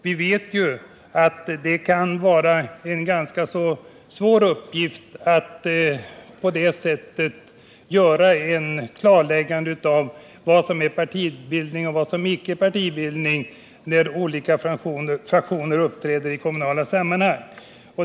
Vi vet att det kan vara ganska svårt att klarlägga vad som är en partibildning och vad som icke är det, när olika fraktioner uppträder i kommunala sammanhang.